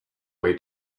way